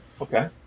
Okay